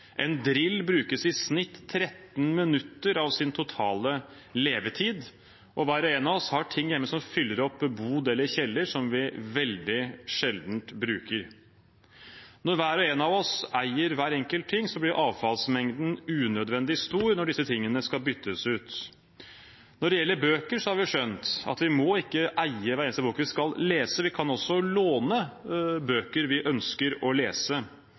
En drill brukes i snitt 13 minutter av dens totale levetid, og hver og en av oss har ting hjemme som fyller opp bod eller kjeller, og som vi veldig sjelden bruker. Når hver og en av oss eier hver enkelt ting, blir avfallsmengden unødvendig stor når disse tingene skal byttes ut. Når det gjelder bøker, har vi skjønt at vi må ikke eie hver eneste bok vi skal lese. Vi kan også låne bøker vi ønsker å lese.